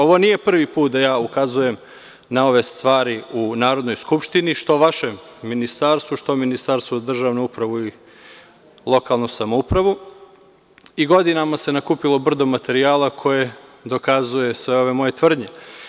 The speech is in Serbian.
Ovo nije prvi put da ja ukazujem na ove stvari u Narodnoj skupštini, što vašem ministarstvu, što Ministarstvu za državnu upravu i lokalnu samoupravu i godinama se nakupilo brdo materijala, koji dokazuju sve ove moje tvrdnje.